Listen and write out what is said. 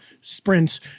sprints